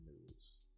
news